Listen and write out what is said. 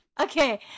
Okay